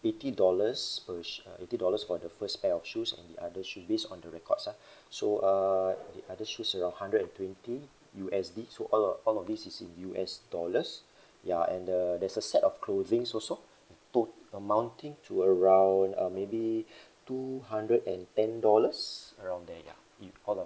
eighty dollars per sh~ uh eighty dollars for the first pair of shoes and the other shoe based on the records lah so err the other shoes around hundred and twenty U_S_D so all of all of these is in U_S_D dollars ya and the there's a set of clothing's also tot~ amounting to around uh maybe two hundred and ten dollars around there ya it all of